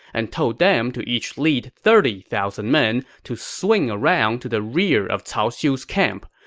and told them to each lead thirty thousand men to swing around to the rear of cao xiu's camp.